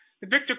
Victor